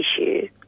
issue